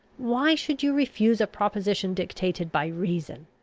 why should you refuse a proposition dictated by reason,